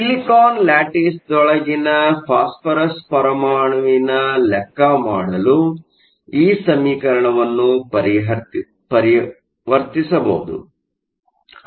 silicon ಲ್ಯಾಟಿಸ್ದೊಳಗಿನ phosphorus ಪರಮಾಣುವಿನ ಲೆಕ್ಕ ಮಾಡಲು ಈ ಸಮೀಕರಣವನ್ನು ಪರಿವರ್ತಿಸಬಹುದು